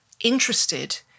interested